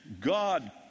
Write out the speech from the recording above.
God